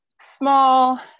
small